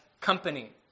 company